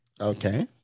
Okay